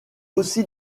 aussi